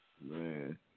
Man